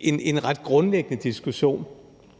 en ret grundlæggende diskussion,